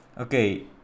okay